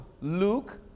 Luke